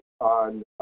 on